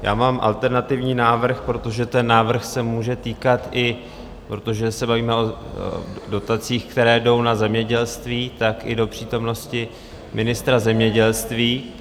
Já mám alternativní návrh, protože ten návrh se může týkat protože se bavíme o dotacích, které jdou na zemědělství, tak i do přítomnosti ministra zemědělství.